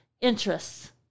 interests